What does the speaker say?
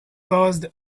caused